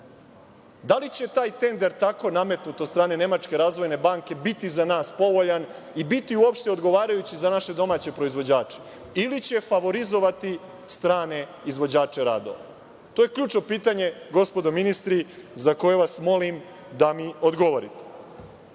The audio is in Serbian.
Da li će taj tender tako nametnut od strane Nemačke razvojne banke biti za nas povoljan i biti uopšte odgovarajući za naše domaće proizvođače, ili će favorizovati strane izvođače radova? To je ključno pitanje, gospodo ministri, za koje vas molim da mi odgovorite. Ono